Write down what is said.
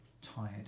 tired